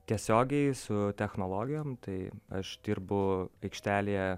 tiesiogiai su technologijom tai aš dirbu aikštelėje